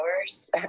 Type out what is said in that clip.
hours